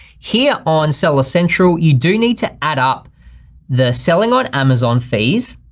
here on seller central, you do need to add up the selling on amazon fees,